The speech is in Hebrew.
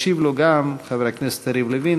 ישיב גם לו חבר הכנסת יריב לוין,